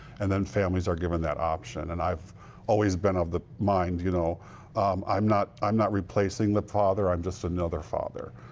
and then families are given that option. and always been of the mind, you know i'm not i'm not replacing the father. i'm just another father.